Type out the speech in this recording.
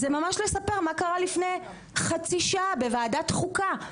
זה ממש לספר מה קרה לפני חצי שעה בוועדת חוקה,